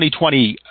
2020